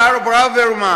השר ברוורמן,